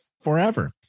forever